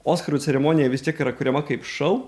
oskarų ceremonija vis tiek yra kuriama kaip šou